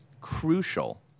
crucial